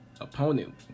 opponent